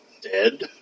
dead